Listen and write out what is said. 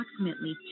approximately